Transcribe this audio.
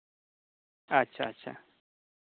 ᱟᱪᱪᱷᱟ ᱟᱪᱪᱷᱟ